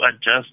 adjust